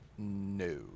No